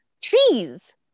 trees